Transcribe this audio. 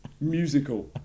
Musical